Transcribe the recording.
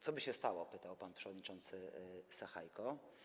Co by się stało, pytał pan przewodniczący Sachajko.